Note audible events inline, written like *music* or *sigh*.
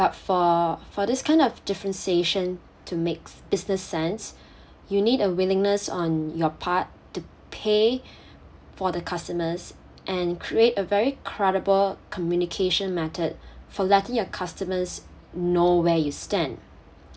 but for for this kind of differentiation to makes business sense *breath* you need a willingness on your part to pay *breath* for the customers and create a very credible communication method for letting your customers know where you stand